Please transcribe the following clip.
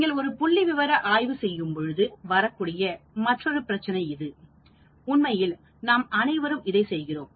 நீங்கள் ஒரு புள்ளிவிவர ஆய்வு செய்யும்போது வரக்கூடிய மற்றொரு பிரச்சினை இது உண்மையில்நாம் அனைவரும் அதை செய்கிறோம்